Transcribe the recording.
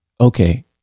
okay